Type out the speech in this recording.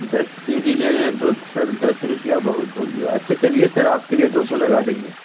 دس کے جی لے رہے ہیں تو سر دس روپیہ بہت ہو گیا اچھا چلیے سر آپ کے لیے دو سو لگا دیں گے